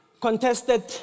contested